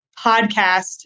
podcast